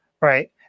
right